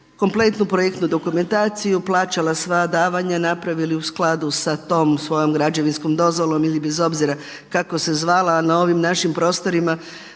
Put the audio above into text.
kompletnu projektnu dokumentaciju, plaćali sva davanja napravili u skladu sa tom svojom građevinskom dozvolom ili bez obzira kako se zvala na ovim našim prostorima